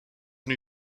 new